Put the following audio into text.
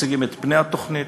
מציגים את פני התוכנית,